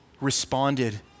responded